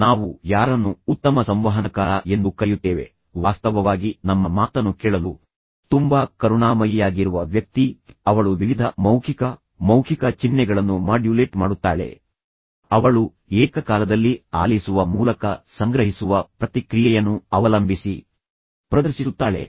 ನಾವು ಯಾರನ್ನು ಉತ್ತಮ ಸಂವಹನಕಾರ ಎಂದು ಕರೆಯುತ್ತೇವೆ ವಾಸ್ತವವಾಗಿ ನಮ್ಮ ಮಾತನ್ನು ಕೇಳಲು ತುಂಬಾ ಕರುಣಾಮಯಿಯಾಗಿರುವ ವ್ಯಕ್ತಿ ಅವಳು ವಿವಿಧ ಮೌಖಿಕ ಮೌಖಿಕ ಚಿಹ್ನೆಗಳನ್ನು ಮಾಡ್ಯುಲೇಟ್ ಮಾಡುತ್ತಾಳೆ ಅವಳು ಏಕಕಾಲದಲ್ಲಿ ಆಲಿಸುವ ಮೂಲಕ ಸಂಗ್ರಹಿಸುವ ಪ್ರತಿಕ್ರಿಯೆಯನ್ನು ಅವಲಂಬಿಸಿ ಪ್ರದರ್ಶಿಸುತ್ತಾಳೆ